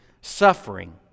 suffering